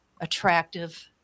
attractive